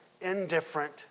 indifferent